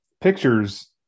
pictures